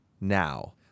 now